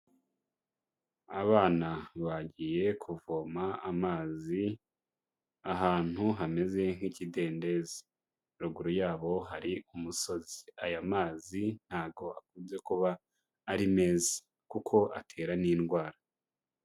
Abana bagiye kuvoma amazi ahantu hameze nk'ikidendezi, ruguru yabo hari umusozi, aya mazi ntabwo akunze kuba ari meza kuko atera n'indwara.